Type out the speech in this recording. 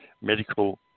medical